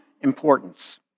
importance